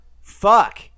Fuck